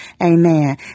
Amen